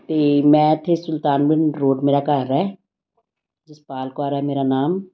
ਅਤੇ ਮੈਂ ਇੱਥੇ ਸੁਲਤਾਨਵਿੰਡ ਰੋਡ ਮੇਰਾ ਘਰ ਹੈ ਜਸਪਾਲ ਕੌਰ ਹੈ ਮੇਰਾ ਨਾਮ